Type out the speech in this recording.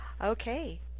okay